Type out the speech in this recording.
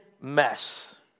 mess